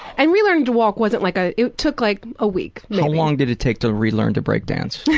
and relearning to walk wasn't like ah it took like a week. how long did it take to relearn to break dance?